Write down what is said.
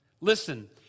Listen